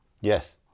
Yes